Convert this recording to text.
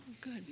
good